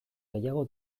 gehiago